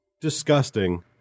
disgusting